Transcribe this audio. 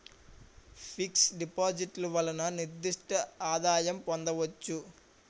fix డిపాజిట్లు వలన నిర్దిష్ట ఆదాయం పొందవచ్చు